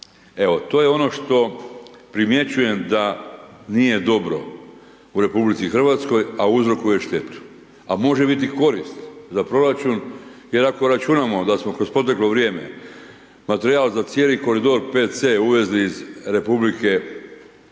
Evo, to je ono što primjećujem da nije dobro u RH, a uzrokuje štetu, a može biti korist za proračun jer ako računamo da smo kroz proteklo vrijeme materijal za cijeli koridor PC uvezli iz Republike BiH tj.